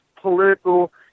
political